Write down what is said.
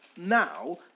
now